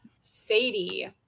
Sadie